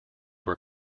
were